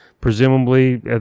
presumably